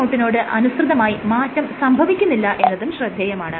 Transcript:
നോട് അനുസൃതമായി മാറ്റം സംഭവിക്കുന്നില്ല എന്നതും ശ്രദ്ധേയമാണ്